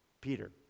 Peter